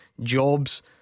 jobs